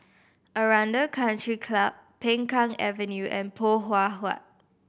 Aranda Country Club Peng Kang Avenue and Poh Huat Huat